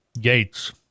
Gates